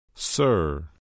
Sir